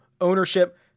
ownership